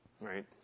right